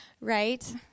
right